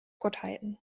gottheiten